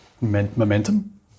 momentum